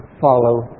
follow